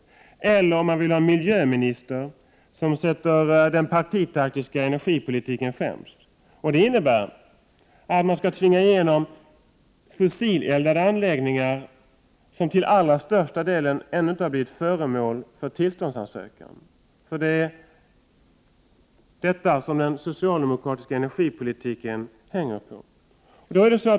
Vill han ha en miljöminister som sätter den partitaktiska energipolitiken främst innebär det att man skall tvinga igenom fossileldade anläggningar, som till allra största delen ännu inte har blivit föremål för tillståndsansökan. Det är detta den socialdemokratiska energipolitiken hänger på.